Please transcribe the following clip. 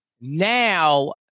now